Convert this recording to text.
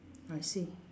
I see